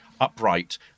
upright